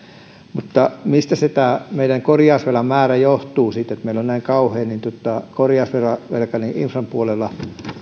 mutta se mistä tämä meidän korjausvelan määrä johtuu että meillä on näin kauhea korjausvelka infran puolella